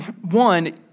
one